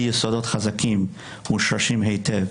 האם זה בית המשפט אבל אני מאמין שבלי יסודות חזקים שמושרשים היטב,